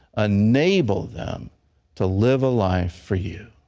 enable them to live a life for you.